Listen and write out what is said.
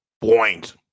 Point